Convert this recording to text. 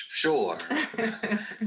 Sure